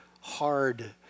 hard